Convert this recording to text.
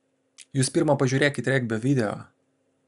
jūs pirma pažiūrėkit regbio video